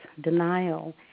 denial